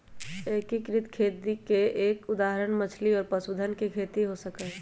एकीकृत खेती के एक उदाहरण मछली और पशुधन के खेती हो सका हई